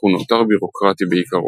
אך הוא נותר בירוקרטי בעיקרו.